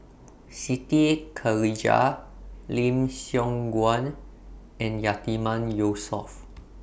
Siti Khalijah Lim Siong Guan and Yatiman Yusof